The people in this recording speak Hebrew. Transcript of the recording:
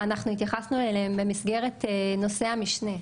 אנחנו התייחסנו אליהן במסגרת נושא המשנה,